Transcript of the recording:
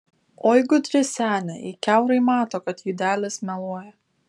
oi gudri senė ji kiaurai mato kad judelis meluoja